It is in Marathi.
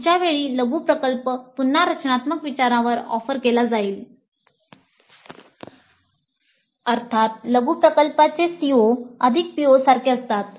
पुढच्या वेळी लघु प्रकल्प पुन्हा रचनात्मक विचारांवर ऑफर केला जाईल अर्थात लघु प्रकल्पचे CO अधिक POसारखे असतात